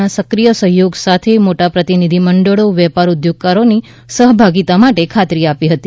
ના સક્રિય સહયોગ સાથે મોટા પ્રતિનિધિમંડળો વેપાર ઊદ્યોગકારોની સહભાગીતા માટે ખાતરી આપી હતી